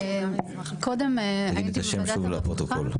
הייתי קודם בוועדת הרווחה.